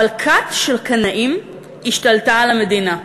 אבל כת של קנאים השתלטה על המדינה.